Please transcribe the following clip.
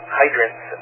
hydrants